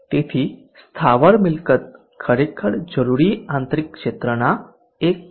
તેથી સ્થાવર મિલકત ખરેખર જરૂરી આંતરિક ક્ષેત્રના 1